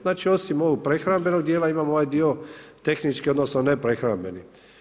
Znači osim ovog prehrambenog dijela imamo ovaj dio tehnički odnosno ne prehrambeni.